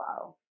Wow